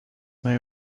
may